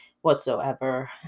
whatsoever